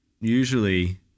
usually